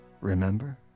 Remember